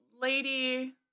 lady